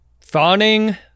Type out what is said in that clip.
fawning